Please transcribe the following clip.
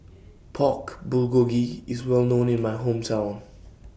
Pork Bulgogi IS Well known in My Hometown